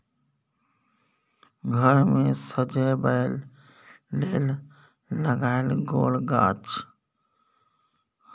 घर मे सजबै लेल लगाएल गेल गाछ